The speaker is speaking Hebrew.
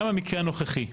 גם במקרה הנוכחי,